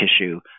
tissue